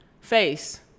face